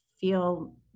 feel